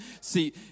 See